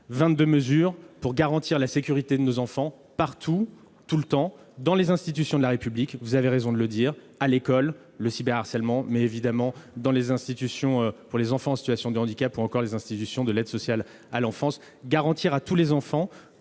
prévues pour garantir la sécurité de nos enfants partout, tout le temps, dans les institutions de la République- vous avez raison de le dire -, à l'école- je pense au cyberharcèlement -, mais aussi dans les institutions pour les enfants en situation de handicap ou encore dans les institutions de l'aide sociale à l'enfance. Il s'agit de garantir à tous les enfants